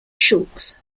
schulz